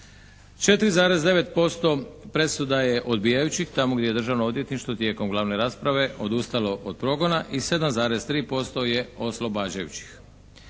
4,9% presuda je odbijajućih, tamo gdje je Državno odvjetništvo tijekom glavne rasprave odustalo od progona i 7,3% je oslobađajućih.